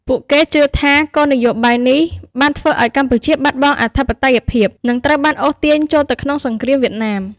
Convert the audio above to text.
ពួកគេជឿថា គោលនយោបាយនេះបានធ្វើឱ្យកម្ពុជាបាត់បង់អធិបតេយ្យភាព និងត្រូវបានអូសទាញចូលទៅក្នុងសង្គ្រាមវៀតណាម។